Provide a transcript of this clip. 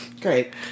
Great